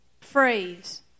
phrase